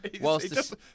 Whilst